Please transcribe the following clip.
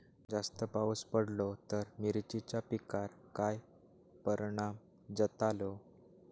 जास्त पाऊस पडलो तर मिरचीच्या पिकार काय परणाम जतालो?